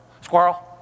Squirrel